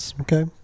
Okay